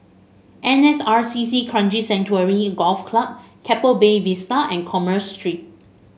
N S R C C Kranji Sanctuary Golf Club Keppel Bay Vista and Commerce Street